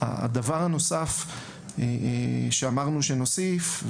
הדבר הנוסף שאמרנו שנוסיף,